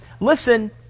listen